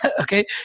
Okay